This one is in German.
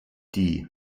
die